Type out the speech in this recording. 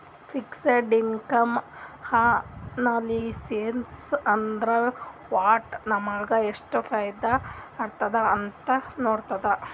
fixed income analysis ಅಂದುರ್ ವಟ್ಟ್ ನಮುಗ ಎಷ್ಟ ಫೈದಾ ಆತ್ತುದ್ ಅಂತ್ ನೊಡಾದು